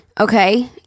Okay